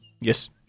yes